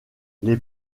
les